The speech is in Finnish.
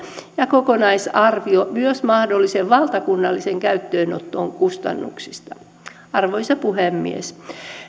ja kokonaisarvio myös mahdollisen valtakunnallisen käyttöönoton kustannuksista arvoisa puhemies